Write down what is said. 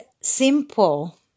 simple